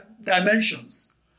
dimensions